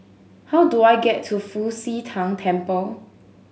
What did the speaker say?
how do I get to Fu Xi Tang Temple